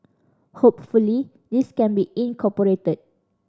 hopefully this can be incorporated